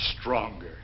Stronger